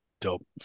Dope